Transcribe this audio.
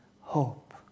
hope